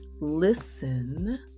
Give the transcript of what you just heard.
Listen